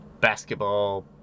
basketball